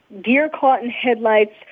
deer-caught-in-headlights